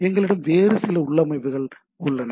எங்களிடம் வேறு சில உள்ளமைவுகள் உள்ளன